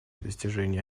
достижения